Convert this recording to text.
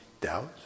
doubts